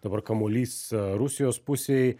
dabar kamuolys rusijos pusėj